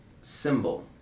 symbol